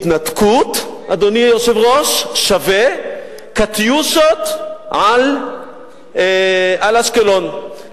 התנתקות שווה "קטיושות" על אשקלון,